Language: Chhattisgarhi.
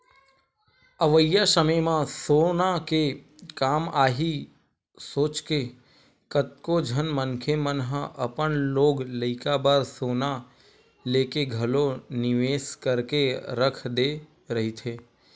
अवइया समे म सोना के काम आही सोचके कतको झन मनखे मन ह अपन लोग लइका बर सोना लेके घलो निवेस करके रख दे रहिथे